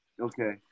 Okay